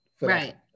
Right